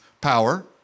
power